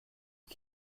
qui